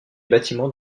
bâtiments